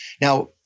Now